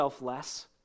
less